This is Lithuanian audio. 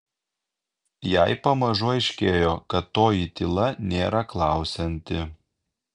jai pamažu aiškėjo kad toji tyla nėra klausianti